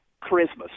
Christmas